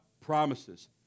promises